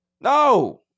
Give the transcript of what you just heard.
No